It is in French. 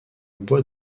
bois